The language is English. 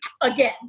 again